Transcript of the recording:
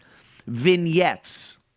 vignettes